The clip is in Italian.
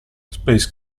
space